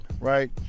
right